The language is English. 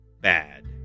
bad